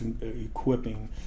equipping